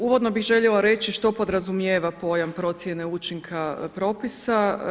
Uvodno bih željela reći što podrazumijeva pojam procjene učinka propisa.